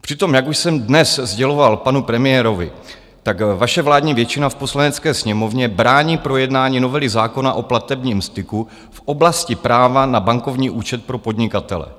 Přitom, jak už jsem dnes sděloval panu premiérovi, vaše vládní většina v Poslanecké sněmovně brání projednání novely zákona o platebním styku v oblasti práva na bankovní účet pro podnikatele.